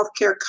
healthcare